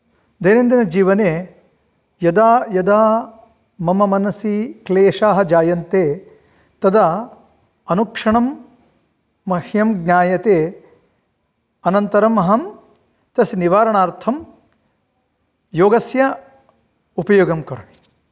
दैनन्दिनजीवने यदा यदा मम मनसि क्लेशाः जायन्ते तदा अनुक्षणं मह्यं ज्ञायते अनन्तरम् अहं तस्य निवारणार्थं योगस्य उपयोगं करोमि